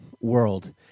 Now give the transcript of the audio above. world